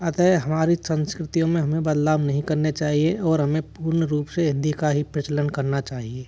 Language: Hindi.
अतः हमारी संस्कृतियों में हमें बदलाव नहीं करने चाहिए और हमें पूर्ण रूप से हिन्दी का ही प्रचलन करना चाहिए